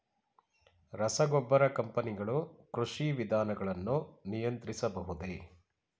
ರಸಗೊಬ್ಬರ ಕಂಪನಿಗಳು ಕೃಷಿ ವಿಧಾನಗಳನ್ನು ನಿಯಂತ್ರಿಸಬಹುದೇ?